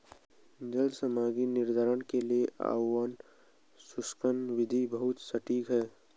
जल सामग्री निर्धारण के लिए ओवन शुष्कन विधि बहुत सटीक है